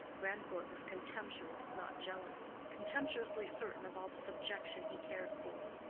grandcourt was contemptuous, not jealous contemptuously certain of all the subjection he cared for.